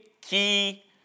key